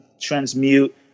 transmute